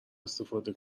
استفاده